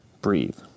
Breathe